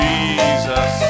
Jesus